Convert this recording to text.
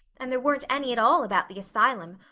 and there weren't any at all about the asylum,